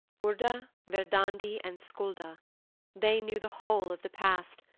urda, verdandi, and skulda they knew the whole of the past,